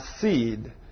seed